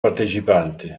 partecipanti